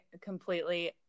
completely